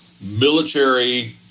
Military